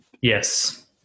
yes